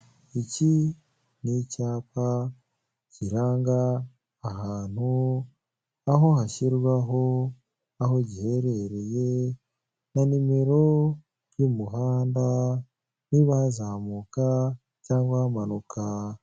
Iki ni icyapa kiranga ahantu, aho hashyirwaho aho giherereye na nimero y'umuhanda niba hazamuka cyangwa hamanuka.